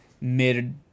mid